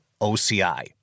OCI